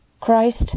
Christ